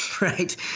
right